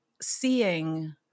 seeing